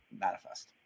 Manifest